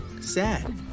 sad